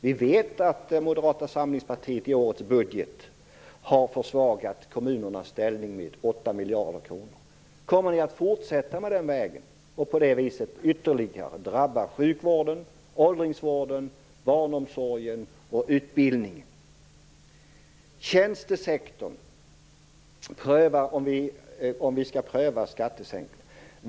Vi vet att Moderata samlingspartiet i årets budget har velat försvaga kommunernas ställning med 8 miljarder kronor. Kommer ni att fortsätta på den vägen och på det viset ytterligare drabba sjukvården, åldringsvården, barnomsorgen och utbildningen? Så till frågan om vi skall pröva en skattesänkning inom tjänstesektorn.